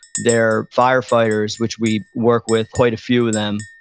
they're fire fighters which we work with, quite a few of them.